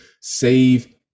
save